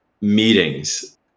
meetings